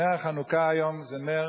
נר חנוכה היום זה נר